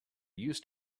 used